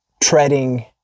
treading